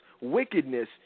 wickedness